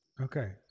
Okay